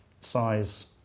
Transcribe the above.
size